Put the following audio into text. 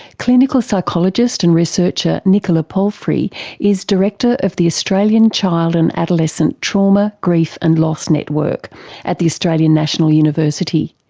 clinical psychologist and researcher nicola palfrey is director of the australian child and adolescent trauma, grief and loss network at the australian national university,